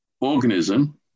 organism